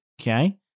Okay